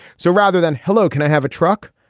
so rather than, hello, can i have a truck?